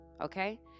Okay